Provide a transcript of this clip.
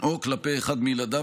או כלפי אחד מילדיו,